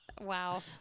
Wow